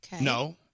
no